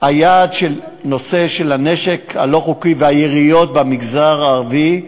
היעד של נושא של הנשק הלא-חוקי והיריות במגזר הערבי,